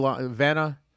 Vanna